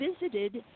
visited